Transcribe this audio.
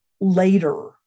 later